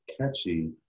catchy